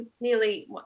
nearly